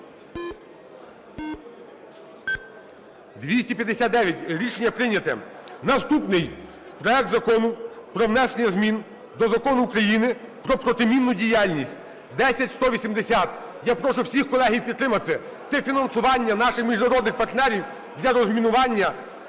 За-259 Рішення прийнято. Наступний проект Закону про внесення змін до Закону України про протимінну діяльність (10180). Я прошу всіх, колеги, підтримати, це фінансування наших міжнародних партнерів для розмінування